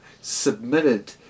submitted